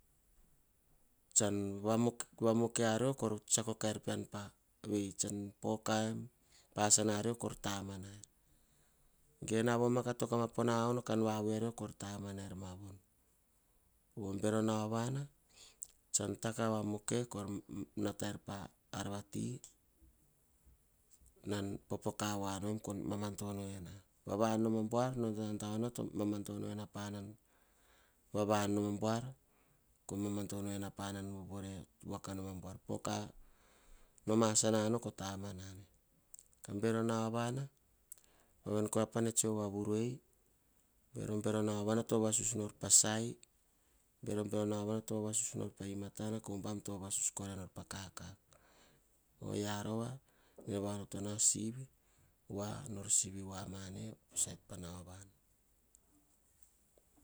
Tsan vamoke arior, tsiako kaim peor ge poka em pah asina rior kor tamana naer ma vone bero nauova. Tsan kah vamoke nataer pa arvati nan popoka voanom koh nata ena vav an noma buar koh mamadono ena panan vovore vuaka nom abuar, poka nom asinano toh tamanane vene panane tsoe voa vurue. bero bero nauovana to vavasus nor pah imata. Koh bam pah kakak. Oyia rova nene vaonoto asivi voapapana pa pa nauova. Tsiako pa arvati tso tsiako ahenu peo. Oyia rova atsi sivi nor sivi ane pah tsene vasisio tsuk avasikiro. Hubam taim nara popoka tsinora vasikiro. Ovia rova atsi sivi nor sivi ane kene vasisio tsuk nu ava sikiro, vasikiro berobero ti to berea ats enor peo pah geno rova berobero tina taba buana nugusana taene pama ta rior. Avasikiro geatanakave ovia rovakora.